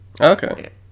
Okay